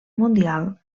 mundial